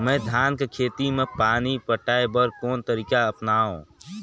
मैं धान कर खेती म पानी पटाय बर कोन तरीका अपनावो?